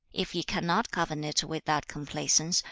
if he cannot govern it with that complaisance,